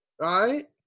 right